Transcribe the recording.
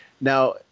now